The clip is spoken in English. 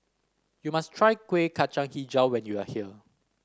you must try Kuih Kacang hijau when you are here